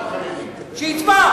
לתבוע אותך לדין.